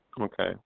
okay